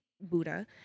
Buddha